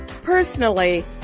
personally